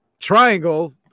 triangle